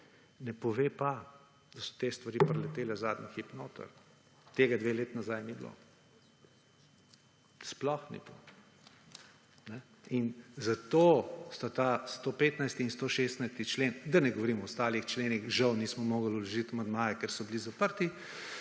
Ne pove pa, da so te stvari priletele zadnji hip noter. Tega 2 leti nazaj ni bilo, sploh ni bilo. In zato sta ta 115. in 116. člen, da ne govorim o ostalih členih, žal nismo mogli vložit amandmaje, ker so bili zaprti,